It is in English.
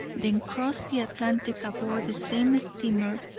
then crossed the atlantic aboard the same steamer,